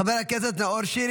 חבר הכנסת נאור שירי,